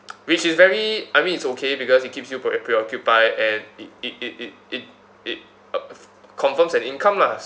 which is very I mean it's okay because it keeps you preo~ preoccupied and it it it it it uh confirms an income lah